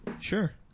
Sure